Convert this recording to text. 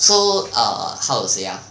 so err how to say ah